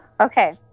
Okay